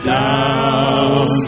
down